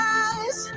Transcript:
eyes